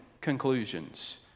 conclusions